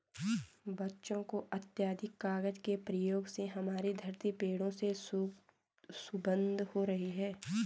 बच्चों अत्याधिक कागज के प्रयोग से हमारी धरती पेड़ों से क्षुब्ध हो रही है